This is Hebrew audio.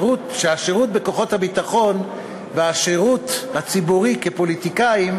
שהשירות בכוחות הביטחון והשירות הציבורי כפוליטיקאים,